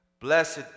blessed